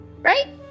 right